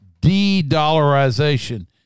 de-dollarization